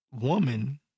woman